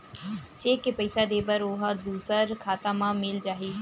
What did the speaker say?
Cheque से पईसा दे बर ओहा दुसर खाता म मिल जाही?